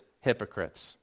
hypocrites